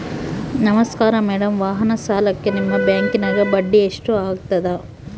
ನಮಸ್ಕಾರ ಮೇಡಂ ವಾಹನ ಸಾಲಕ್ಕೆ ನಿಮ್ಮ ಬ್ಯಾಂಕಿನ್ಯಾಗ ಬಡ್ಡಿ ಎಷ್ಟು ಆಗ್ತದ?